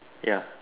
ya